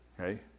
okay